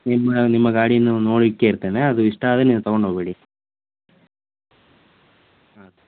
ನಿಮ್ಮ ನಿಮ್ಮ ಗಾಡಿನ ನೋಡಿಟ್ಟಿರ್ತೇನೆ ಅದು ಇಷ್ಟ ಆದರೆ ನೀವು ತೊಗೊಂಡು ಹೋಗ್ಬಿಡಿ ಹಾಂ